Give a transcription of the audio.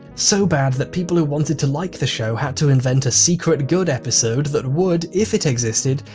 so bad that people who wanted to like the show had to invent a secret good episode, that would, if it existed,